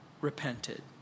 repented